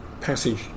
passage